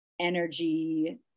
energy